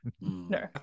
No